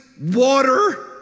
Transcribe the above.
water